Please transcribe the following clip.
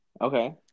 Okay